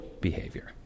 behavior